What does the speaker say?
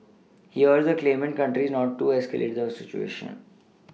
he urged the claimant countries not to escalate the situation